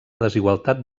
desigualtat